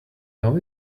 know